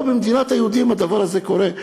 אבל פה, במדינת היהודים, הדבר הזה קורה.